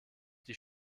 die